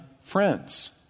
friends